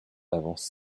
avance